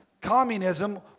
Communism